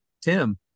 Tim